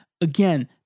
Again